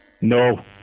No